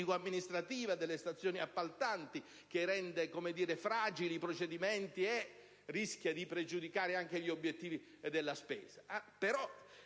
delle stazioni appaltanti che rende deboli i procedimenti e rischia di pregiudicare anche gli obiettivi della spesa.